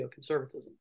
neoconservatism